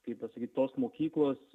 kaip pasakyt tos mokyklos